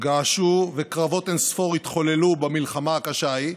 געשו וקרבות אין-ספור התחוללו במלחמה הקשה ההיא,